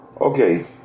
okay